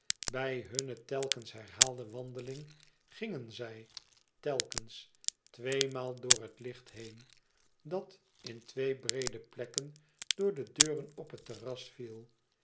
bij hunne telkens herhaalde wandeling gingen zij telkens tweemaal door het licht heen dat in twee breede plekken door de deuren op het terras viel